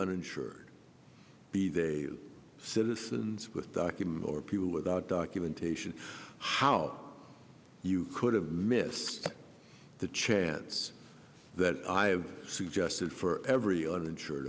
uninsured be they citizens with documents or people without documentation how you could have missed the chance that i've suggested for every uninsured